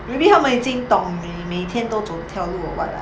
maybe 他们已经懂你每天都走这条路 or [what] lah